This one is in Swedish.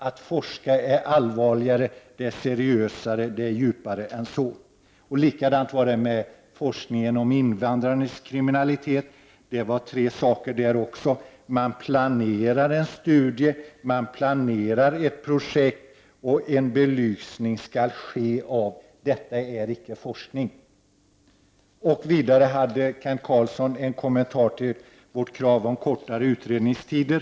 Att forska är allvarligare, det är seriösare och djupare än så. Likadant var det med forskningen om invandrares kriminalitet. Där var det också tre saker. Man planerar en studie. Man planerar ett projekt. En belysning skall ske. Detta är icke forskning. Vidare hade Kent Carlsson en kommentar till vårt krav på kortare utredningstider.